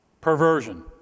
Perversion